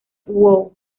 wow